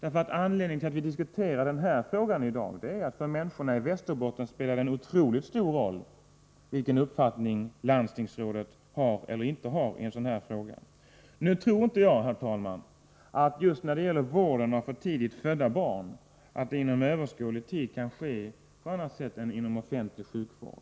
Anledningen till att vi diskuterar den här frågan i dag är att det för människorna i Västerbotten spelar en otroligt stor roll vilken uppfattning landstingsrådet har i en sådan här fråga. Just när det gäller vården av för tidigt födda barn tror jag inte att den vården inom överskådlig tid kan ske på annat sätt än inom den offentliga sjukvården.